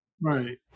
right